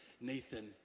Nathan